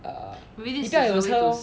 err 你不要有车 lor